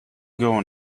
going